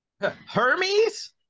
Hermes